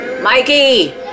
Mikey